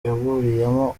yaburiyemo